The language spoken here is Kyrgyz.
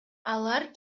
алар